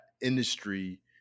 industry